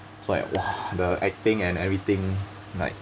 so at !wah! the I think and everything like